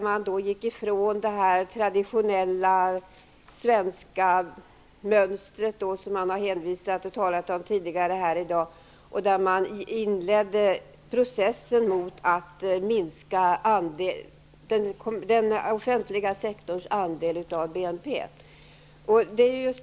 Man gick ifrån det traditionella svenska mönstret, som det har talats om tidigare här i dag, och inledde processen att minska den offentliga sektorns andel av BNP.